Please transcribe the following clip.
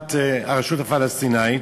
לטובת הרשות הפלסטינית,